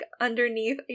underneath